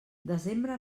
desembre